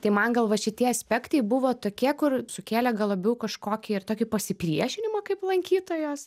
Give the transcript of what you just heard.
tai man gal va šitie aspektai buvo tokie kur sukėlė gal labiau kažkokį ir tokį pasipriešinimą kaip lankytojos